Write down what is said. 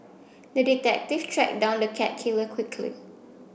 the detective tracked down the cat killer quickly